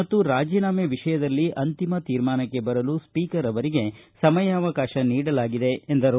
ಮತ್ತು ರಾಜೀನಾಮೆ ವಿಷಯದಲ್ಲಿ ಅಂತಿಮ ತೀರ್ಮಾನಕ್ಕೆ ಬರಲು ಸ್ವೀಕರ್ ಅವರಿಗೆ ಸಮಯಾವಕಾಶ ನೀಡಲಾಗಿದೆ ಎಂದರು